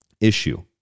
issue